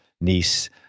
Nice